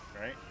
right